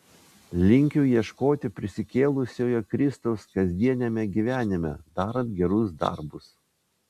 linkiu ieškoti prisikėlusiojo kristaus kasdieniame gyvenime darant gerus darbus